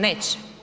Neće.